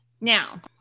Now